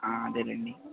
అదేనండి